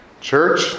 Church